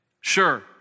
sure